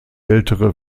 ältere